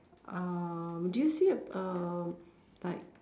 uh do you see uh like